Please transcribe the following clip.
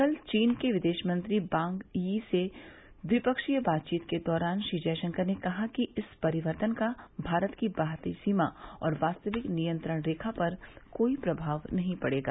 कल चीन के विदेश मंत्री बांग यी से ट्विपक्षीय बातचीत के दौरान श्री जयशंकर ने कहा कि इस परिवर्तन का भारत की बाहरी सीमा और वास्तविक नियंत्रण रेखा पर कोई प्रभाव नहीं पड़ेगा